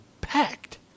packed